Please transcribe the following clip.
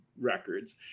records